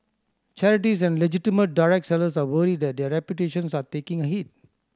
charities and legitimate direct sellers are worried that their reputations are taking a hit